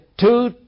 two